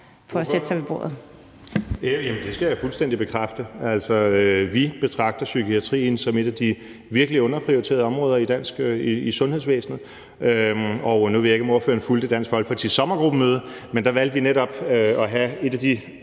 Morten Messerschmidt (DF): Jamen det kan jeg fuldstændig bekræfte. Vi betragter psykiatrien som et af de virkelig underprioriterede områder i sundhedsvæsenet. Jeg ved ikke, om ordføreren fulgte Dansk Folkepartis sommergruppemøde, men der valgte vi netop, at et af de